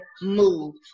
move